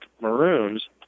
Maroons